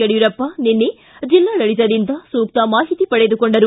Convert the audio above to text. ಯಡಿಯೂರಪ್ಪ ನಿನ್ನೆ ಜಿಲ್ಲಾಡಳಿತದಿಂದ ಸೂಕ್ತ ಮಾಹಿತಿ ಪಡೆದುಕೊಂಡರು